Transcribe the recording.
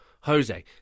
Jose